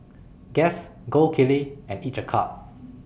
Guess Gold Kili and Each A Cup